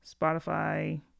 Spotify